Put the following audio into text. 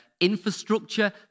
infrastructure